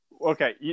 Okay